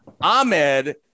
Ahmed